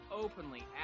openly